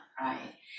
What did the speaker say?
right